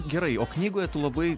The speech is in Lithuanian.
gerai o knygoj tu labai